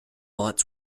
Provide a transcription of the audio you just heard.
lots